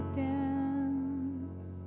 dance